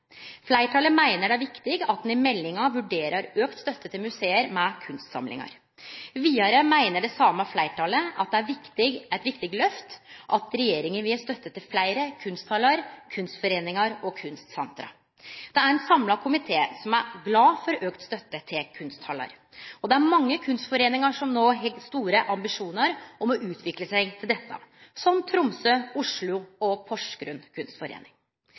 Fleirtalet meiner det er viktig at me i meldinga vurderer auka støtte til museum med kunstsamlingar. Vidare meiner det same fleirtalet at det er eit viktig lyft at regjeringa vil gje støtte til fleire kunsthallar, kunstforeiningar og kunstsenter. Det er ein samla komité som er glad for auka støtte til kunsthallar, og det er mange kunstforeiningar som no har store ambisjonar om å utvikle seg til dette, som Tromsø, Oslo og Porsgrunn